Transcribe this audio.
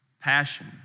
passion